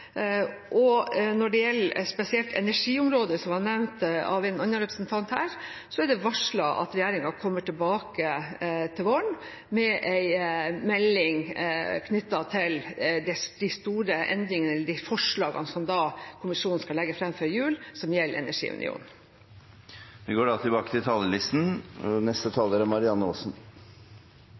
Når det gjelder spesielt energiområdet, som ble nevnt av en annen representant, er det varslet at regjeringen til våren kommer tilbake med en melding knyttet til de store endringene, de forslagene som kommisjonen skal legge fram før jul, som gjelder energiunionen. Replikkordskiftet er omme. For de aller fleste av oss, om ikke alle, er